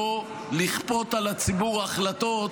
לא לכפות על הציבור החלטות